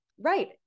Right